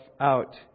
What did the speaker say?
out